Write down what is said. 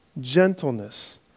gentleness